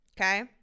Okay